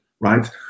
right